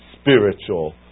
spiritual